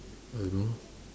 I don't know